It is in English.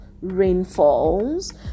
rainfalls